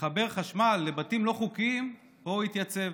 לחבר חשמל לבתים לא חוקיים, פה הוא התייצב.